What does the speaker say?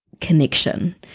connection